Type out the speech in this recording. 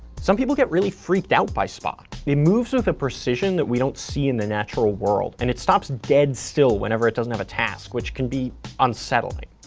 some people get really freaked out by spot. it moves with a precision that we don't see in the natural world. and it stops dead still whenever it doesn't have a task, which can be unsettling.